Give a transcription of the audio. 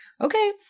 okay